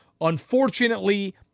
unfortunately